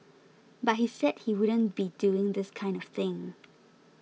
but he said he wouldn't be doing this kind of thing